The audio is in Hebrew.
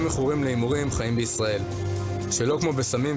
אני אציין וכמובן כמו תמיד,